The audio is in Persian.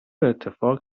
اتفاق